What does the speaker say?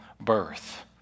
birth